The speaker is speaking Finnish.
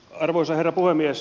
arvoisa herra puhemies